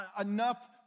enough